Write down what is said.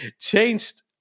changed